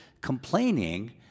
complaining